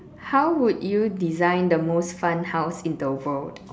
how would you design the most fun house in the world